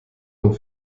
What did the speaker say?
und